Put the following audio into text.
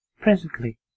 Presently